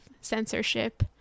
censorship